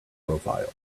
profiles